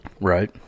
Right